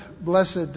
blessed